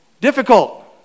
difficult